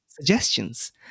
suggestions